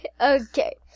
Okay